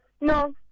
No